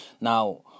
now